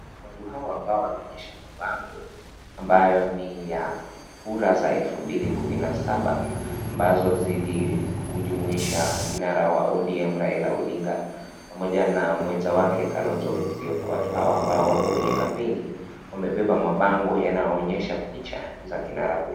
Watu hawa ambao wanaonyesha mabango ambayo ni ya kura za elfu mbili kumi na saba ambazo zilijumuisha kinara wa ODM Raila Odinga pamoja na mwenza wake Kalonzo Musyoka, watu hawa ambao wako kwenye kampeni wamebeba mabango yanayoonyesha picha za kinara huyu.